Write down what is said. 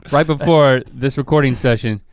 right before this recording session,